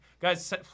Guys